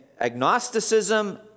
Agnosticism